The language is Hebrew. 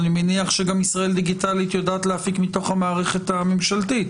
אני מניח שגם ישראל דיגיטלית יודעת להפיק מתוך המערכת הממשלתית,